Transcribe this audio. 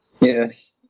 Yes